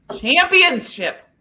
championship